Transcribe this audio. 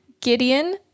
Gideon